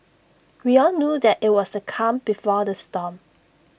we all knew that IT was the calm before the storm